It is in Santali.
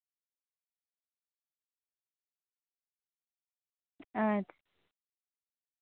ᱟᱪᱪᱷᱟ